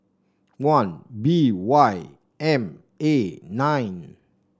one B Y M A nine